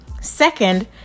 Second